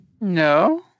No